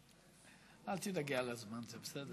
אל תדאגי לזמן, זה בסדר.